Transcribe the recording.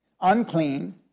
unclean